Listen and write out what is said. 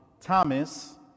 Thomas